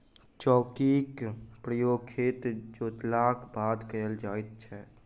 चौकीक प्रयोग खेत जोतलाक बाद कयल जाइत छै